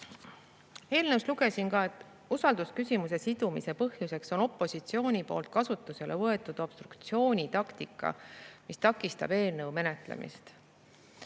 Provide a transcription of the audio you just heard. lugesin ka: "Usaldusküsimusega sidumise põhjuseks on opositsiooni poolt kasutusele võetud obstruktsioonitaktika, mis takistab eelnõu menetlemist."